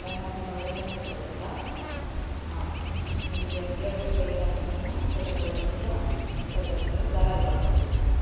landmark இன்னும் ஒரு தடவை வேணும்னா சொல்லட்டுங்களா ஆ நீங்கள் அப்படியே ஸ்ட்ரெயிட்டாக வந்துட்டிங்களா உஷா தியேட்டர்லேருந்து தாராபுரம் ரோட்டுக்கு வந்துடுங்க